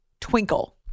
twinkle